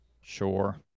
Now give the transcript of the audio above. Sure